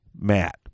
Matt